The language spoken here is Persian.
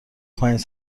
پنج